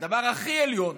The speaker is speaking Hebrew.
הדבר הכי עליון